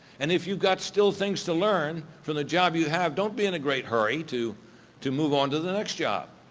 and if you've got still things to learn from the job you have, don't be in a great hurry to to move on to the next job,